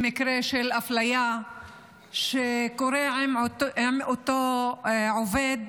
במקרה של אפליה שקורית לאותו עובד,